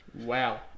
Wow